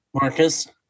Marcus